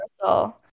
Universal